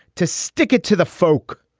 to stick it to the folk.